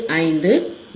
75 1